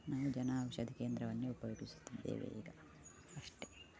ನಾವು ಜನೌಷಧಿ ಕೇಂದ್ರವನ್ನು ಉಪಯೋಗಿಸುತ್ತಿದ್ದೇವೆ ಈಗ ಅಷ್ಟೇ